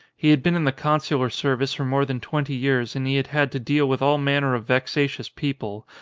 he had been in the con sular service for more than twenty years and he had had to deal with all manner of vexatious people,